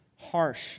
harsh